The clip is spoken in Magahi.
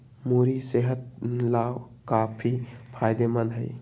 मूरी सेहत लाकाफी फायदेमंद हई